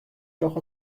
troch